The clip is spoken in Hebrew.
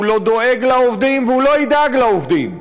הוא לא דואג לעובדים והוא לא ידאג לעובדים.